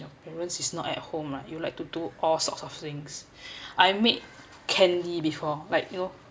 your parents is not at home right you like to do all sorts of things I make candy before like you know